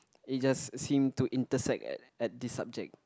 it just seem to intersect at at this subject